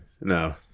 no